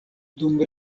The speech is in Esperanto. dum